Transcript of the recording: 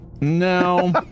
No